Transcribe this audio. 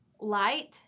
light